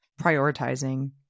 prioritizing